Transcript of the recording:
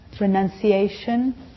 Renunciation